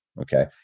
Okay